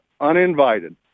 uninvited